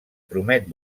promet